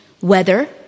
weather